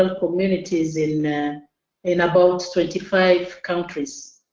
ah communities in ah in about thirty five countries.